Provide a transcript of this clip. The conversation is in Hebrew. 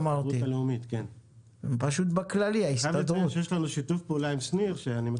אני חייב לציין שיש לנו שיתוף פעולה עם שניר.